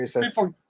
People